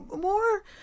more